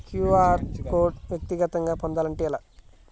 QR code వ్యక్తిగతంగా పొందాలంటే ఎలా?